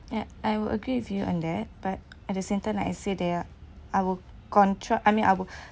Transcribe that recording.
ya I would agree with you on that but at the same time like I say they are our contra I mean our